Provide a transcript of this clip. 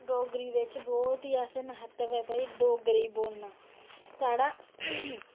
डोगरी बिच असें बहुत ई भई महत्तव ऐ भई डोगरी बोलना